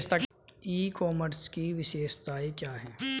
ई commerce की विशेषताएं क्या हैं?